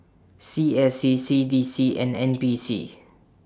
C S C C D C and N P C